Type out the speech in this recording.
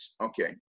okay